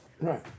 Right